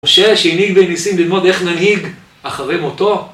משה שהנהיג והם ניסים ללמוד איך ננהיג אחרי מותו